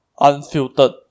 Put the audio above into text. unfiltered